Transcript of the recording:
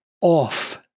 off